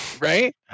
Right